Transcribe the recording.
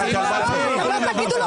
אתם לא תגידו לו מה לענות.